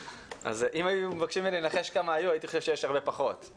אם היו מבקשים ממני לנחש כמה היו הייתי חושב שיש הרבה פחות,